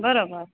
बराबरि